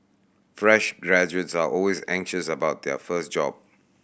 fresh graduates are always anxious about their first job